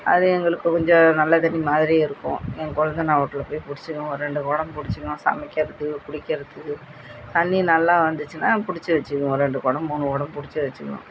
அது எங்களுக்கு கொஞ்சம் நல்ல தண்ணி மாதிரி இருக்கும் எங்கள் கொழுந்தனார் வீட்ல போய் பிடிச்சிக்குவோம் ஒரு ரெண்டு குடம் பிடிச்சிக்குவோம் சமைக்கிறதுக்கு குடிக்கிறதுக்கு தண்ணி நல்லா வந்துச்சுன்னா பிடிச்சி வச்சிக்குவோம் ரெண்டு குடம் மூணு குடம் பிடிச்சி வச்சிக்குவோம்